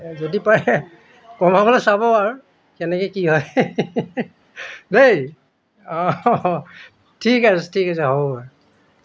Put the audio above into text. যদি পাৰে কমাবলৈ চাব আৰু কেনেকৈ কি হয় দেই অঁ অঁ ঠিক আছে ঠিক আছে হ'ব বাৰু